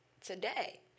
today